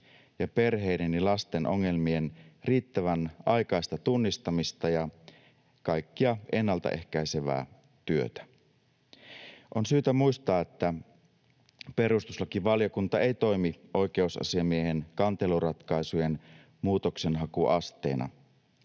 ja perheiden ja lasten ongelmien riittävän aikaista tunnistamista ja kaikkea ennaltaehkäisevää työtä. On syytä muistaa, että perustuslakivaliokunta ei toimi oikeusasiamiehen kanteluratkaisujen muutoksenhakuasteena.